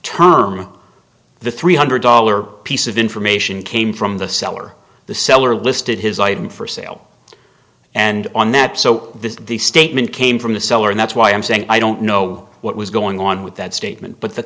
term the three hundred dollar piece of information came from the seller the seller listed his item for sale and on that so the statement came from the seller and that's why i'm saying i don't know what was going on with that statement but the